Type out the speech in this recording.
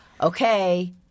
okay